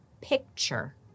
picture